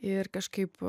ir kažkaip